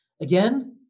Again